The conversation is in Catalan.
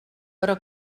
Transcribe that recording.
però